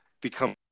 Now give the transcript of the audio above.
become